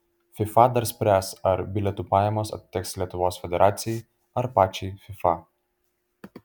fifa dar spręs ar bilietų pajamos atiteks lietuvos federacijai ar pačiai fifa